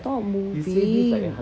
stop moving